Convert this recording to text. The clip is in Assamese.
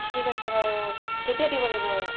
ঠিক আছে বাৰু অ কেতিয়া দিব লাগিব বাৰু